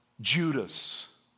Judas